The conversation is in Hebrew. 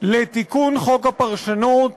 לתיקון חוק הפרשנות